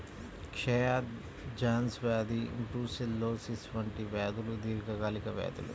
క్షయ, జాన్స్ వ్యాధి బ్రూసెల్లోసిస్ వంటి వ్యాధులు దీర్ఘకాలిక వ్యాధులు